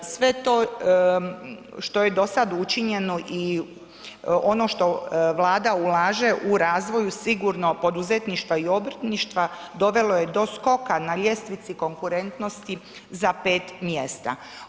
Sve to što je dosad učinjeno i ono što Vlada ulaže u razvoju sigurno poduzetništva i obrtništva dovelo je do skoka na ljestvici konkurentnosti za 5 mjesta.